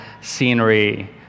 scenery